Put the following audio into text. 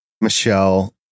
Michelle